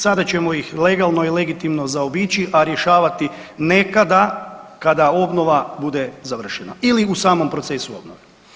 Sada ćemo ih legalno i legitimno zaobići, a rješavati nekada kada obnova bude završena ili u samom procesu obnove.